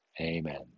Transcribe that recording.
Amen